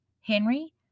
Henry